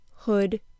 hood